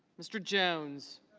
mr. jones